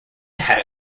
had